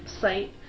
site